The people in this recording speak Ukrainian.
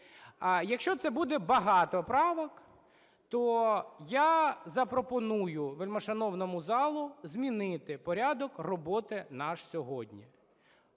Якщо це буде багато правок, то я запропоную вельмишановному залу змінити порядок роботи наш сьогодні.